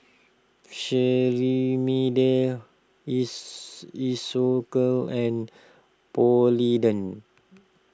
Cetrimide Isocal and Polident